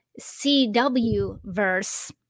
CW-verse